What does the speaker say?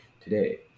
today